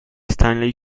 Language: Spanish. stanley